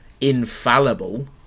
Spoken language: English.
infallible